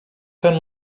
ten